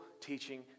teaching